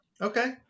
Okay